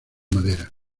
madera